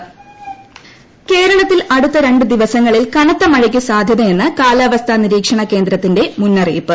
കാലാവസ്ഥ മുന്നറിയിപ്പ് കേരളത്തിൽ അടുത്ത രണ്ടു ദിവസങ്ങളിൽ കനത്ത മഴയ്ക്കു സാധ്യതയെന്ന് കാലാവസ്ഥാ നിരീക്ഷണ കേന്ദ്രത്തിന്റെ മുന്നറിയിപ്പ്